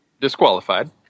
disqualified